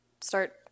start